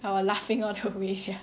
I was laughing all the way sia